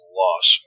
loss